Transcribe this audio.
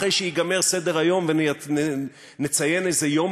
אחרי שייגמר סדר-היום ונציין איזה יום